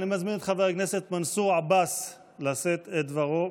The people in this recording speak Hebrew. (מחיאות כפיים) אני מזמין את חבר הכנסת מנסור עבאס לשאת את דברו,